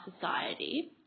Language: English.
society